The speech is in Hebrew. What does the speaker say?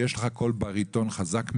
יש לך קול בריטון חזק מאוד.